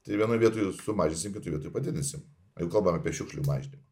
tai vienoj vietoj sumažinsim kitoj vietoj padidinsim jeigu kalbam apie šiukšlių mažinimą